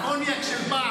777 זה הקוניאק של פעם.